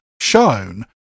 shown